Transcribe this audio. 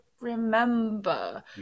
remember